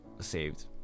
saved